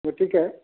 গতিকে